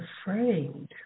afraid